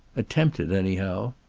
attempt it anyhow.